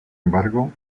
embargo